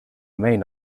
main